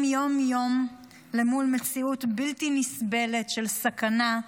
יום-יום מול מציאות בלתי נסבלת של סכנה,